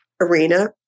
arena